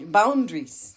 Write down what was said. boundaries